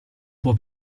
può